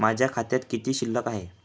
माझ्या खात्यात किती शिल्लक आहे?